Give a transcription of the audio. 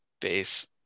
base